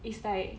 it's like